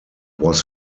was